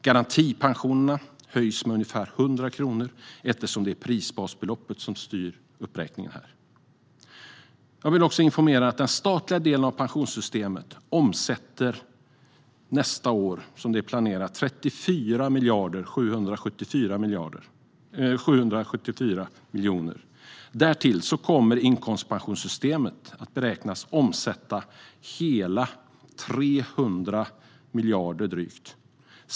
Garantipensionen höjs med ungefär 100 kronor, eftersom det är prisbasbeloppet som styr uppräkningen här. Jag vill också informera om att den statliga delen av pensionssystemet nästa år som det är planerat omsätter 34 774 miljoner. Därtill kommer inkomstpensionssystemet, som beräknas omsätta drygt 300 miljarder kronor.